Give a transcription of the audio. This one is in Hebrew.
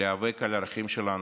להיאבק על הערכים שלנו,